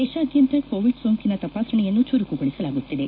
ದೇಶಾದ್ತಂತ Covid ಸೋಂಕಿನ ತಪಾಸಣೆಯನ್ನು ಚುರುಕುಗೊಳಿಸಲಾಗುತ್ತಿದೆ